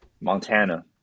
Montana